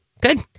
Good